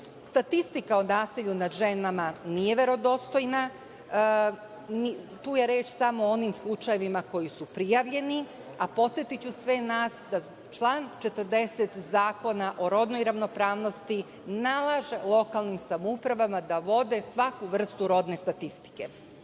statistika o nasilju nad ženama nije verodostojna. Tu je reč samo o onim slučajevima koji su prijavljeni, a podsetiću sve nas da član 40. Zakona o rodnoj ravnopravnosti nalaže lokalnim samoupravama da vode svaku vrstu rodne statistike. Uloga